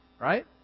right